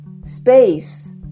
space